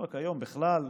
לא רק היום, בכלל.